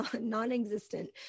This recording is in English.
non-existent